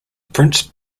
prince